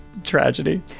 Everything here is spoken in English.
tragedy